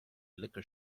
liquor